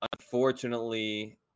unfortunately